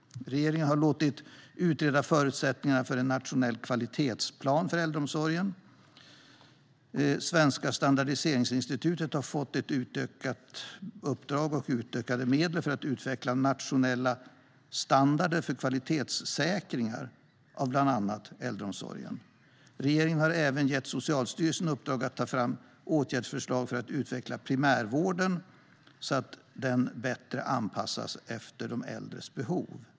Regeringen har låtit utreda förutsättningarna för en nationell kvalitetsplan för äldreomsorgen. Svenska standardiseringsinstitutet har fått ett utökat uppdrag och utökade medel för att utveckla nationella standarder för kvalitetssäkringar av bland annat äldreomsorgen. Regeringen har även gett Socialstyrelsen i uppdrag att ta fram åtgärdsförslag för att utveckla primärvården så att den bättre anpassas efter de äldres behov.